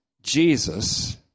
Jesus